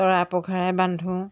তৰা পঘাৰে বান্ধোঁ